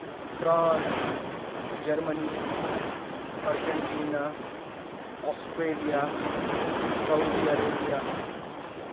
France Germany Argentina Australia Saudi Arabia